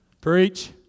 Preach